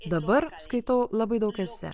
dabar skaitau labai daug esė